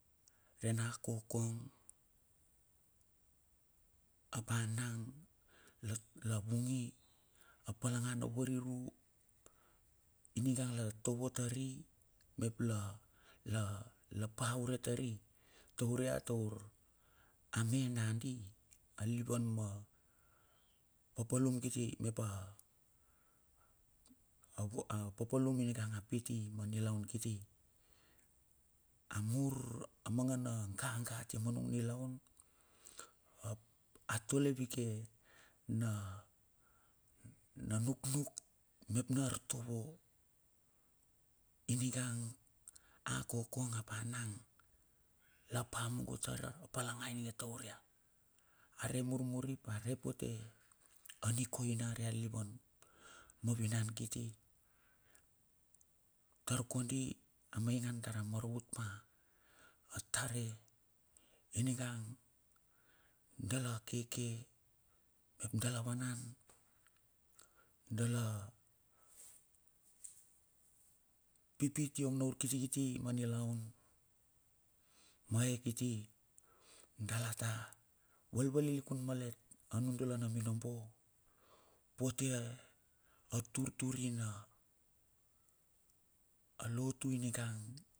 Tena kokong ap anang la vungi a palanga na variru ninga la tovo tari mep la la la pa ure tari taur ia taur ame nandi nalivan ma papalum kiti mep a papalum ninga apiti ma nilaun kiti amur amangana gaga atia ma nung nilaun ap a tole vike ma nuknuk mep na artovo ingang a kokong ap a anang la pa mungo tar a palanga ininge taur i. A are murmuri ap a repote a nikoina aria lilivan ma vinan kiti tar kondi a maingan tara maravut pa atare ninga dala keke. Map dala wanan, dala pipit iong na ur kiti ma niluan ma e kiti dala ta vavalilikun malet anu dala na minobo pote a turtur nina a lotu iningang.